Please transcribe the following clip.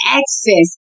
access